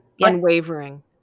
Unwavering